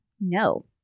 No